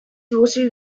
closely